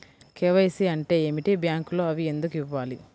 KYC అంటే ఏమిటి? బ్యాంకులో అవి ఎందుకు ఇవ్వాలి?